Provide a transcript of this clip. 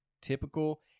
typical